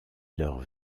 leur